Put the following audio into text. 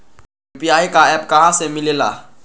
UPI का app कहा से मिलेला?